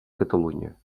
catalunya